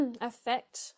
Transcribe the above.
affect